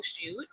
shoot